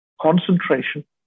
concentration